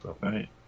right